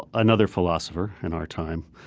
another philosopher in our time,